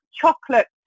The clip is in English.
chocolate